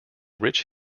rich